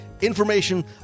information